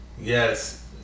Yes